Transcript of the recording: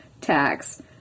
tax